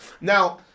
Now